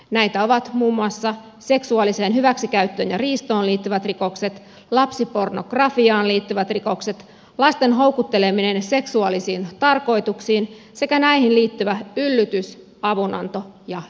näitä ovat muun muassa seksuaaliseen hyväksikäyttöön ja riistoon liittyvät rikokset lapsipornografiaan liittyvät rikokset lasten houkutteleminen seksuaalisiin tarkoituksiin sekä näihin liittyvä yllytys avunanto ja yritys